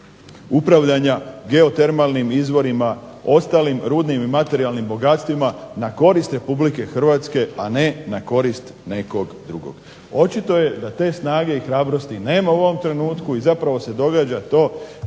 upravljanja geotermalnim izvorima, ostalim rudnim i materijalnim bogatstvima na korist Republike Hrvatske, a ne na korist nekog drugog. Očito je da te snage i hrabrosti nema u ovom trenutku i zapravo se događa to